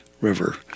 River